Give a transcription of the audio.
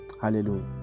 hallelujah